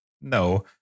No